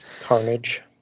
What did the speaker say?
carnage